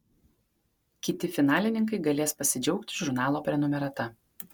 kiti finalininkai galės pasidžiaugti žurnalo prenumerata